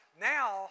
now